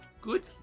Good